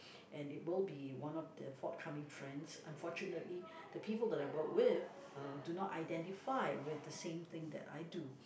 and it will be one of the forthcoming trends unfortunately the people that I work with uh do not identify with the same thing that I do